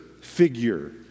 figure